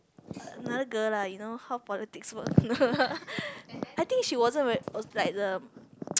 another girl lah you know how politics works I think she wasn't very like the